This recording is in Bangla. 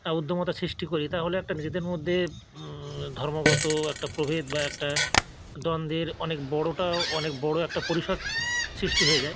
হ্যাঁ উদ্দামতা সৃষ্টি করি তাহলে একটা নিজেদের মধ্যে ধর্মগত একটা প্রভেদ বা একটা দ্বন্দ্বের অনেক বড়োটাও অনেক বড়ো একটা পরিসর সৃষ্টি হয়ে যায়